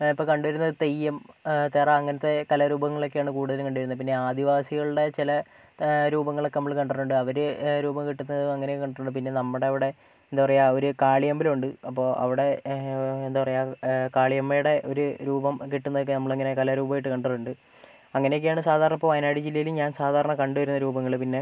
ഇപ്പോൾ കണ്ടുവരുന്നത് തെയ്യം തിറ അങ്ങനത്തെ കലാരൂപങ്ങളൊക്കെയാണ് കൂടുതലും കണ്ടുവരുന്നത് പിന്നെ ആദിവാസികളുടെ ചില രൂപങ്ങളൊക്കെ നമ്മൾ കണ്ടിട്ടുണ്ട് അവർ രൂപം കെട്ടുന്നതും അങ്ങനെയൊക്കെ കണ്ടിട്ടുണ്ട് പിന്നെ നമ്മുടെ അവിടെ എന്താ പറയാ ഒരു കാളിയമ്പലം ഉണ്ട് അപ്പോൾ അവിടെ എന്താ പറയാ കാളിയമ്മയുടെ ഒരു രൂപം കെട്ടുന്നത് ഒക്കെ നമ്മൾ അങ്ങനെ കലാരൂപമായിട്ട് കണ്ടിട്ടുണ്ട് അങ്ങനെയൊക്കെയാണ് സാധാരണ ഇപ്പോൾ വയനാട് ജില്ലയിൽ ഞാൻ സാധാരണ കണ്ടുവരുന്ന രൂപങ്ങൾ പിന്നെ